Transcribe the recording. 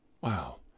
Wow